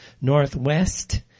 northwest